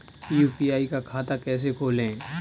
UPI का खाता कैसे खोलें?